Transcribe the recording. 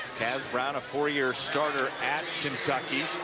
cas brown a four year starter at kentucky.